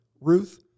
Ruth